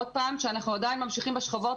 עוד פעם שאנחנו עדיין ממשיכים בשכבות